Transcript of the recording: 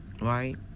right